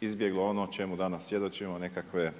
izbjeglo ono čemu danas svjedočimo nekakve